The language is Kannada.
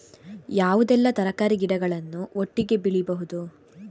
ಯಾವುದೆಲ್ಲ ತರಕಾರಿ ಗಿಡಗಳನ್ನು ಒಟ್ಟಿಗೆ ಬೆಳಿಬಹುದು?